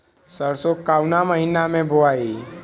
सरसो काउना महीना मे बोआई?